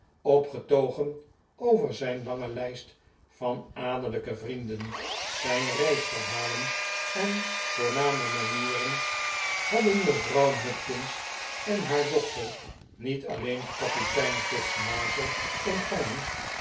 opgetogen over zijn lange lijst van adellijke vrienden zijn reisverhalen en voorname manieren hadden mevrouw nupkins en haar dochter niet alleen kapitein fitz marshall ontvangen